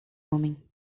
homem